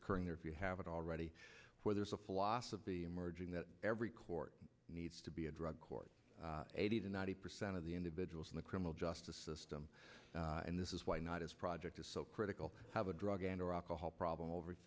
occurring there if you haven't already where there's a philosophy emerging that every court needs to be a drug court eighty to ninety percent of the individuals in the criminal justice system and this is why not as project is so critical have a drug and or alcohol problem over